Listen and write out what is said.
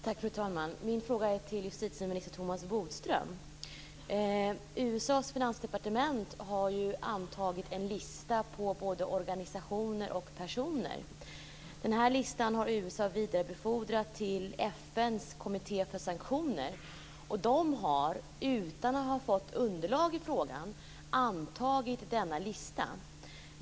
Fru talman! Min fråga går till justitieminister Thomas Bodström. USA:s finansdepartement har upprättat en lista på både organisationer och personer. Denna lista har USA vidarebefordrat till FN:s kommitté för sanktioner. Där har man, utan att ha fått underlag i frågan, antagit listan.